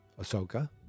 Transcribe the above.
Ahsoka